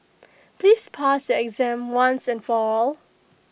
please pass exam once and for all